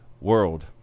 world